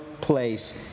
place